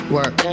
Work